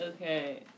Okay